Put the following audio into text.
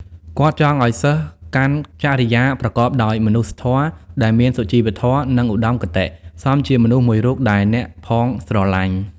គាត់ចង់ឲ្យសិស្សកាន់ចរិយាប្រកបដោយមនុស្សធម៌ ដែលមានសុជីវធម៌ និងឧត្ដមគតិ សមជាមនុស្សមួយរូបដែលអ្នកផងស្រលាញ់ ។